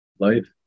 Life